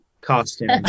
costume